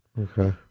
Okay